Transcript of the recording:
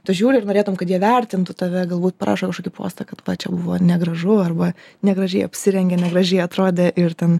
tu žiūri ir norėtum kad jie vertintų tave galbūt parašo kažkokį postą kad va čia buvo negražu arba negražiai apsirengė negražiai atrodė ir ten